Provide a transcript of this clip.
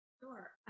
Sure